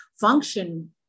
function